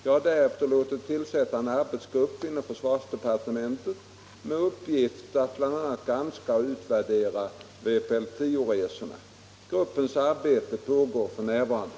Jag har därefter låtit tillsätta en arbetsgrupp inom försvarsdepartementet med uppgift att bl.a. granska och utvärdera vpl 10 resorna. Gruppens arbete pågår f.n.